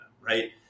right